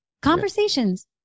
Conversations